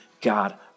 God